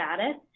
status